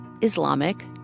Islamic